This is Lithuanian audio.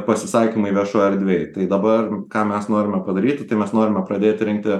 pasisakymai viešoj erdvėj tai dabar ką mes norime padaryti tai mes norime pradėti rinkti